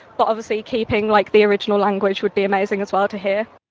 but obviously keeping, like, the original language would be amazing as well to hear.